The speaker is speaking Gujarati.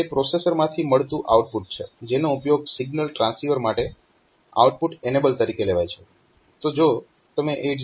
તે પ્રોસેસરમાંથી મળતું આઉટપુટ છે જેનો ઉપયોગ સિગ્નલ ટ્રાન્સીવર માટે આઉટપુટ એનેબલ તરીકે લેવાય છે